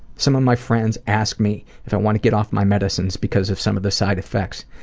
some of my friends ask me if i want to get off my medicines because of some of the side effects.